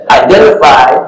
identify